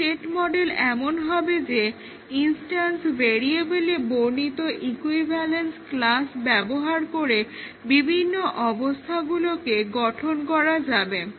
এই state model এমন হবে যে ইনস্টান্স ভেরিয়াবলে বর্ণিত ইকুইভালেন্স ক্লাস ব্যবহার করে বিভিন্ন অবস্থাগুলোকে গঠন করা যাবে